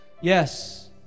Yes